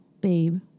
babe